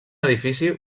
edifici